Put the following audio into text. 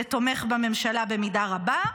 זה תומך בממשלה במידה רבה,